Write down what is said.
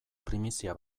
primizia